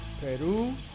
Peru